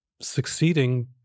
succeeding